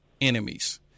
enemies